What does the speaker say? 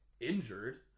injured